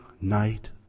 night